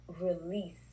release